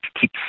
keep